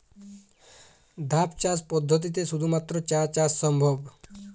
ধাপ চাষ পদ্ধতিতে শুধুমাত্র চা চাষ সম্ভব?